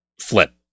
flip